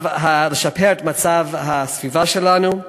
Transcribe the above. ולשפר את מצב הסביבה שלנו,